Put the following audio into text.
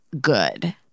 good